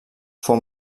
fou